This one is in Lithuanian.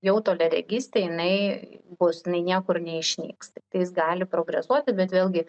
jau toliaregystė jinai bus jinai niekur neišnyks tiktais gali progresuoti bet vėlgi